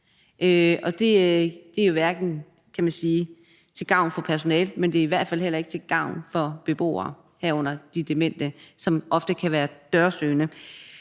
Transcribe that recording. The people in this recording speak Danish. det er ikke til gavn for personalet, kan man sige, men det er i hvert fald heller ikke til gavn for beboere, herunder de demente, som ofte kan være dørsøgende.